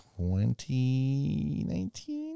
2019